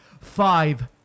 Five